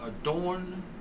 adorn